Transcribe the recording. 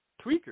tweaker